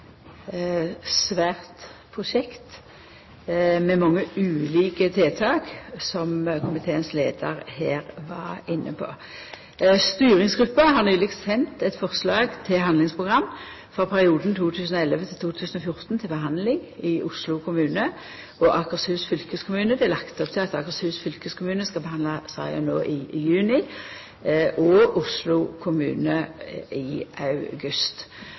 svært prosjekt, med mange ulike tiltak, som komiteens leiar var inne på. Styringsgruppa har nyleg sendt eit forslag til handlingsprogram for perioden 2011–2014 til behandling i Oslo kommune og Akershus fylkeskommune. Det er lagt opp til at Akershus fylkeskommune skal behandla saka no i juni, og Oslo kommune i august.